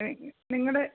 നിങ്ങളുടെ